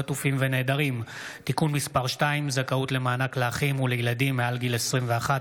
חטופים ונעדרים (תיקון מס' 2) (זכאות למענק לאחים ולילדים מעל גיל 21),